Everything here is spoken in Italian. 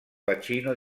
bacino